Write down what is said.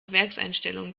werkseinstellungen